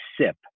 sip